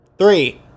Three